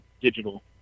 digital